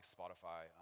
Spotify